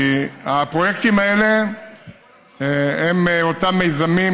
כי הפרויקטים האלה הם אותם מיזמים,